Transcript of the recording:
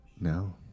no